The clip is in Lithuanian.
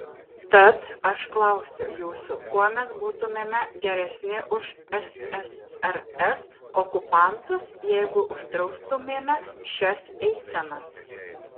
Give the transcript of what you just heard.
tad aš klausiu jūsų kuo mes būtumėme geresni už ssrs okupantus jeigu uždraustumėme šias eisenas